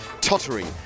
tottering